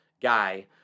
guy